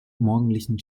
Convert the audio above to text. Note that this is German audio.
morgendlichen